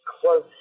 Close